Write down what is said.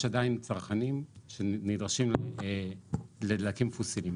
עדיין צרכנים שנדרשים לדלקים פוסיליים,